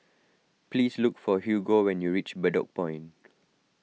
please look for Hugo when you reach Bedok Point